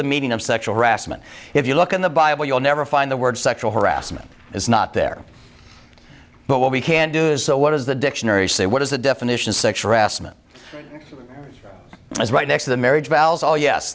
the meaning of sexual harassment if you look in the bible you'll never find the word sexual harassment is not there but what we can do is so what does the dictionary say what is the definition six rassmann was right next to the marriage vows oh yes